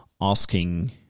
asking